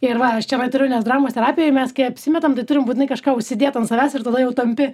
ir va aš čia va turiu nes dramos terapijoj mes kai apsimetam tai turim būtinai kažką užsidėt ant savęs ir tada jau tampi